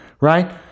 right